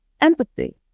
empathy